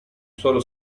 suolo